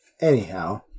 anyhow